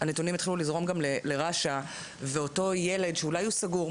שהנתונים יתחילו לזרום גם לרש"א ואותו ילד שאולי הוא סגור,